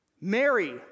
Mary